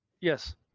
Yes